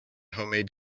homemade